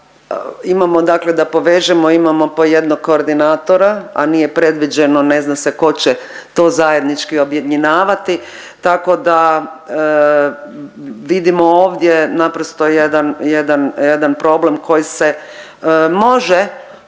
dakle da povežemo, imamo po jednog koordinatora a nije predviđeno, ne zna se tko će to zajednički objedinjavati. Tako da vidimo ovdje naprosto jedan, jedan problem koji se može riješiti